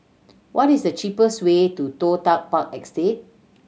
what is the cheapest way to Toh Tuck Park Estate